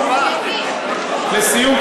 לסיום,